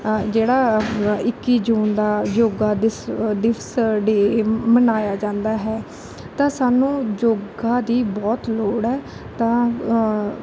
ਜਿਹੜਾ ਇੱਕੀ ਜੂਨ ਦਾ ਯੋਗਾ ਦਿਸ ਦਿਵਸ ਡੇ ਮਨਾਇਆ ਜਾਂਦਾ ਹੈ ਤਾਂ ਸਾਨੂੰ ਯੋਗਾ ਦੀ ਬਹੁਤ ਲੋੜ ਹੈ ਤਾਂ